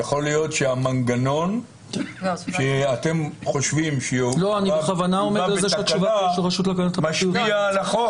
יכול להיות שהמנגנון שאתם חושבים שבא בתקנה משפיע על החוק.